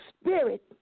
spirit